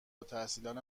التحصیلان